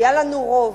היה לנו רוב.